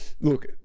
look